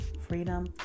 freedom